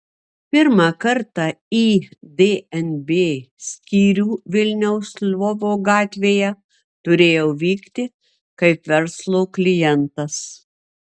pirmą kartą į dnb skyrių vilniaus lvovo gatvėje turėjau vykti kaip verslo klientas